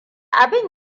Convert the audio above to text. abin